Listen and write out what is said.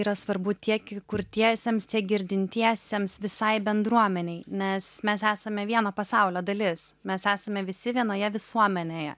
yra svarbu tiek kurtiesiems tiek girdintiesiems visai bendruomenei nes mes esame vieno pasaulio dalis mes esame visi vienoje visuomenėje